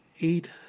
eight